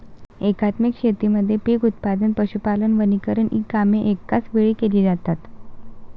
एकात्मिक शेतीमध्ये पीक उत्पादन, पशुपालन, वनीकरण इ कामे एकाच वेळी केली जातात